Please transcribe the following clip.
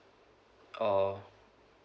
oh